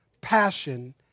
passion